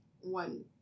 one